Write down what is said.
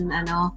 ano